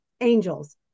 angels